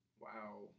Wow